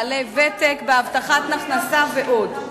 בעלי ותק בהבטחת הכנסה ועוד.